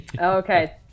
Okay